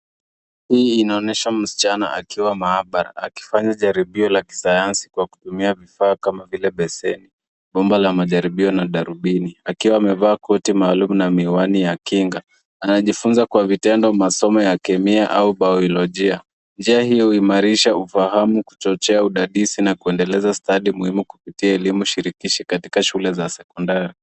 Hii inaonyesha msichana akiwa maabara akifanya jaribio la kisayansi kwa kutumia vifaa kama vile beseni, bomba la majaribio na darubini akiwa amevaa koti maalum na miwani ya kinga. Anajifunza kwa vitendo, masomo ya kemia au bayolojia. Njia hii huhochea ufahamu wa udadisi na kuendeleza stadium muhimu kupitia elimu shirikishi katika shule za sekondari.